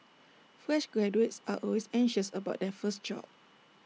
fresh graduates are always anxious about their first job